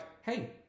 hey